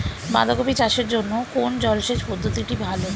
বাঁধাকপি চাষের জন্য কোন জলসেচ পদ্ধতিটি ভালো?